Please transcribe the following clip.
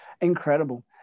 incredible